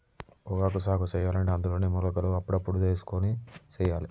పొగాకు సాగు సెయ్యలంటే అందులోనే మొలకలు అప్పుడప్పుడు తెలుసుకొని సెయ్యాలే